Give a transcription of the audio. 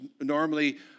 normally